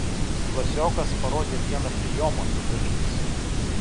klasiokas parodė vieną prijomą su pirštais